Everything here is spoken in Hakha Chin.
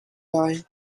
lai